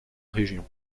région